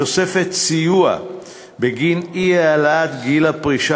בתוספת סיוע בגין אי-העלאת גיל הפרישה